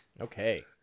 okay